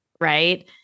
Right